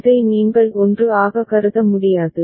இதை நீங்கள் 1 ஆக கருத முடியாது